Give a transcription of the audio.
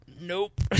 nope